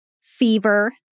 fever